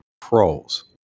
pros